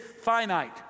finite